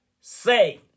say